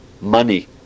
money